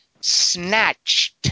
Snatched